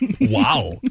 Wow